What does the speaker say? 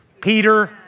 Peter